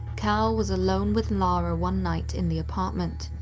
cal was alone with lara one night in the apartment.